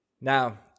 Now